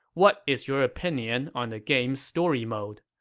what is your opinion on the game's story mode?